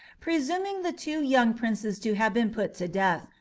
presuming the two young princes to have been put to death,